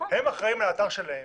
הם אחראים לאתר שלהם.